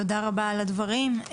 תודה רבה על הדברים.